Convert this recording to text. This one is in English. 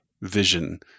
vision